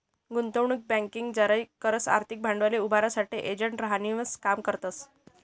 गुंतवणूक बँकिंग जारी करस आर्थिक भांडवल उभारासाठे एजंट म्हणीसन काम करतस